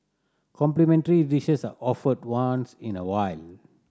complimentary dishes are offered once in a while